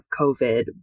COVID